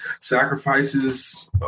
sacrifices